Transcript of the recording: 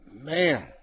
man